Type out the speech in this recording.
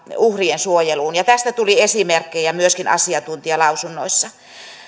uhrien suojeluun ja tästä tuli esimerkkejä myöskin asiantuntijalausunnoissa